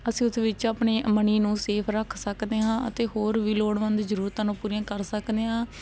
ਅਸੀਂ ਉਸ ਵਿੱਚ ਆਪਣੀ ਮਨੀ ਨੂੰ ਸੇਫ ਰੱਖ ਸਕਦੇ ਹਾਂ ਅਤੇ ਹੋਰ ਵੀ ਲੋੜਵੰਦ ਜ਼ਰੂਰਤਾਂ ਨੂੰ ਪੂਰੀਆਂ ਕਰ ਸਕਦੇ ਹਾਂ